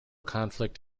conflict